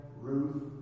Ruth